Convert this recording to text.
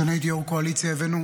כשאני הייתי יו"ר הקואליציה הבאנו